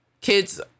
kids